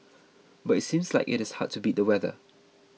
but it seems like it is hard to beat the weather